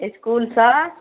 इसकुल सऽ